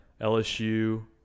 LSU